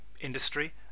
industry